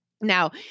now